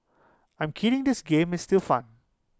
I'm kidding this game is still fun